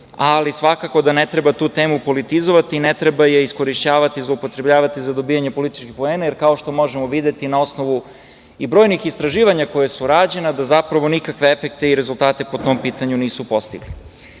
vakcinacije. Svakako da ne treba tu temu politizovati i ne treba je iskorišćavati i zloupotrebljavati za dobijanje političkih poena, jer kao što možemo da vidimo, na osnovu i brojnih istraživanja koje su rađena, da zapravo nikakve efekte i rezultate po tom pitanju nisu postigli. Pored